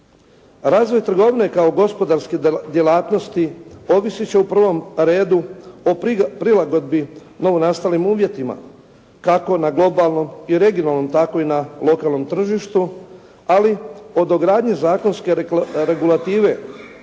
Razvoj trgovine kao gospodarske djelatnosti ovisiti će u prvom redu o prilagodbi novonastalim uvjetima kako na globalnom i regionalnom, tako i na lokalnom tržištu, ali od dogradnje zakonske regulative